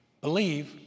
Believe